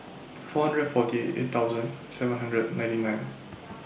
four hundred forty eight thousand seven hundred ninety nine